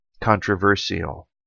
controversial